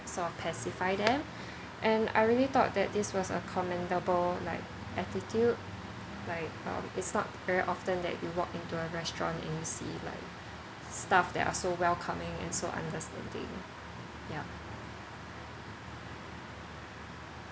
sort of pacify them and I really though that this was a commendable like attitude like um it's not very often that you walked in to the restaurant and you see like staff that are so welcoming and are so understanding yup